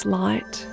light